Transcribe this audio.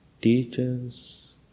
teachers